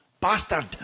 Bastard